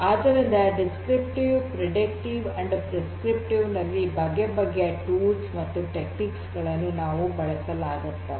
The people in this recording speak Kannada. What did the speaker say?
ಆದ್ದರಿಂದ ವಿವರಣಾತ್ಮಕ ಮುನ್ಸೂಚಕ ಮತ್ತು ಪ್ರಿಸ್ಕ್ರಿಪ್ಟಿವ್ ನಲ್ಲಿ ಬಗೆ ಬಗೆಯ ಉಪಕರಣ ಮತ್ತು ತಂತ್ರಗಳನ್ನು ಬಳಸಲಾಗುತ್ತದೆ